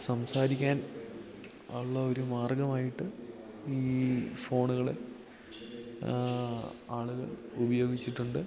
സംസാരിക്കാൻ ഉള്ള ഒരു മാർഗമായിട്ട് ഈ ഫോണ്കൾ ആളുകൾ ഉപയോഗിച്ചിട്ടുണ്ട്